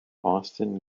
austin